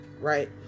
right